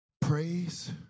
praise